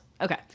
Okay